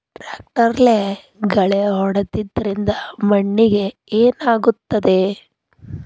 ಟ್ರಾಕ್ಟರ್ಲೆ ಗಳೆ ಹೊಡೆದಿದ್ದರಿಂದ ಮಣ್ಣಿಗೆ ಏನಾಗುತ್ತದೆ?